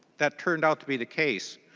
that turned out to be the case.